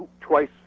twice